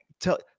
tell